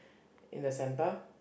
in the center